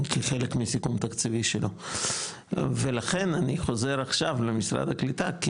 כחלק מסיכום תקציבי שלו ולכן אני חוזר עכשיו למשרד הקליטה,